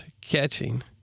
catching